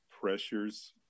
pressures